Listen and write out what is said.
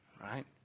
Right